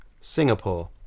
Singapore